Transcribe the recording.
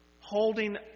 holding